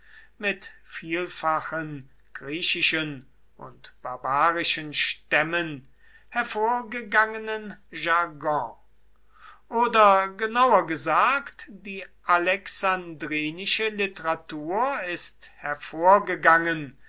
mit vielfachen griechischen und barbarischen stämmen hervorgegangenen jargon oder genauer gesagt die alexandrinische literatur ist hervorgegangen